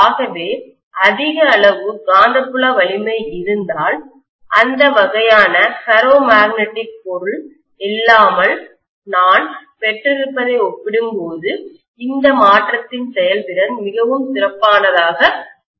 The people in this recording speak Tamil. ஆகவே அதிக அளவு காந்தப்புல வலிமை இருந்தால் அந்த வகையான ஃபெரோ மேக்னெட்டிக் பொருள் இல்லாமல் நான் பெற்றிருப்பதை ஒப்பிடும்போது இந்த மாற்றத்தின் செயல்திறன் மிகவும் சிறப்பாக இருக்கும்